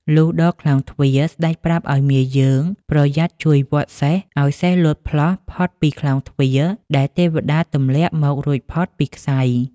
លុះដល់ក្លោងទ្វារ ស្តេចប្រាប់ឱ្យមាយើងប្រយ័ត្នជួយវាត់សេះឱ្យសេះលោតផ្លោះផុតពីក្លោងទ្វារដែលទេវតាទម្លាក់មករួចផុតពីក្ស័យ។